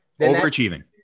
Overachieving